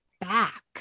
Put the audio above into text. back